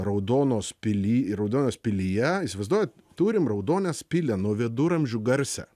raudonos pily raudonės pilyje įsivaizduojat turim raudonės pilį nuo viduramžių garsią